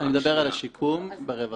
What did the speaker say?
אני מדבר על השיקום ברווחה.